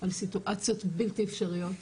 על סיטואציות בלתי אפשריות,